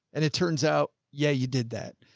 and it turns out, yeah, you did that.